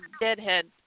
deadhead